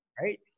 Right